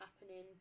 happening